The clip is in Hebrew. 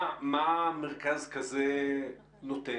מה מרכז כזה נותן?